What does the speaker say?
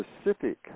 specific